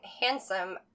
handsome